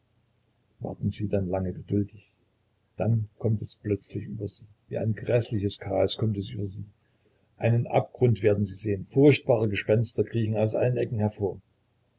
warten sie dann lange geduldig dann kommt es plötzlich über sie wie ein gräßliches chaos kommt es über sie einen abgrund werden sie sehen furchtbare gespenster kriechen aus allen ecken hervor